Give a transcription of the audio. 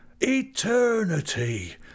Eternity